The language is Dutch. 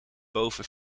boven